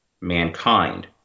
mankind